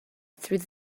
through